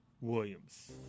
Williams